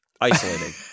Isolating